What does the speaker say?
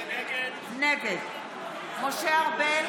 נגד משה ארבל,